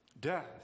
Death